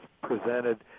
presented